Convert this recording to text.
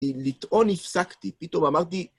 לטעון הפסקתי, פתאום אמרתי...